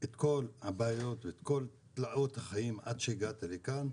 את כל הבעיות ואת כל תלאות החיים עד שהגעת לכאן.